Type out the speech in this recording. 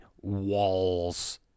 walls